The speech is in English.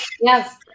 yes